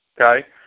okay